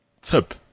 tip